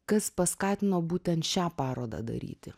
kas paskatino būtent šią parodą daryti